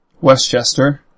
Westchester